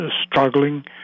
struggling